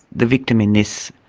the victim in this,